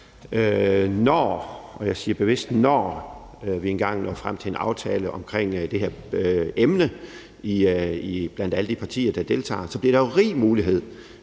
Når – og jeg siger bevidst »når« – når vi engang når frem til en aftale omkring det her emne, blandt alle de partier, der deltager, så bliver der jo rig lejlighed